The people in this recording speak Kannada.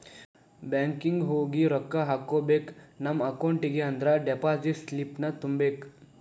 ಬ್ಯಾಂಕಿಂಗ್ ಹೋಗಿ ರೊಕ್ಕ ಹಾಕ್ಕೋಬೇಕ್ ನಮ ಅಕೌಂಟಿಗಿ ಅಂದ್ರ ಡೆಪಾಸಿಟ್ ಸ್ಲಿಪ್ನ ತುಂಬಬೇಕ್